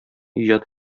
иҗади